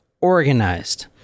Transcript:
organized